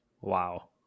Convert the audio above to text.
Wow